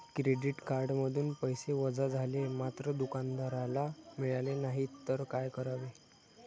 Credit कार्डमधून पैसे वजा झाले मात्र दुकानदाराला मिळाले नाहीत तर काय करावे?